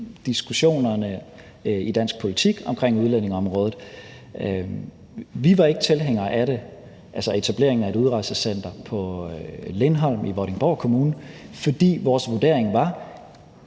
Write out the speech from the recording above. diskussionerne i dansk politik om udlændingeområdet. Vi var ikke tilhængere af etableringen af et udrejsecenter på Lindholm i Vordingborg Kommune, fordi vores vurdering var,